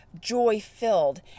joy-filled